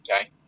Okay